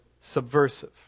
subversive